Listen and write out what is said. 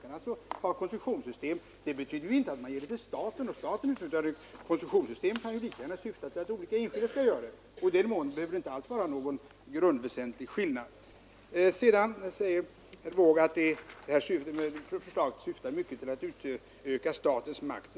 Att man har ett koncessionssystem behöver ju inte betyda att man ger malmförekomsten till staten och att staten utnyttjar den, utan ett koncessionssystem kan lika gärna syfta till att enskilda människor skall göra det. I den mån så är fallet behöver det inte alls vara någon grundväsentlig skillnad. Herr Wååg säger att detta förslag syftar till att utöka statens makt.